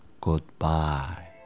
goodbye